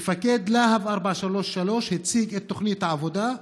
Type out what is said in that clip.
מפקד להב 433 הציג את תוכנית העבודה,